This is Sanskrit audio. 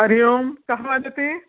हरि ओं कः वदति